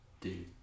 Dude